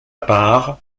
part